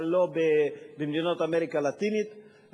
אבל לא במדינות אמריקה הלטינית,